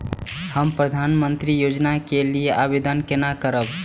हम प्रधानमंत्री योजना के लिये आवेदन केना करब?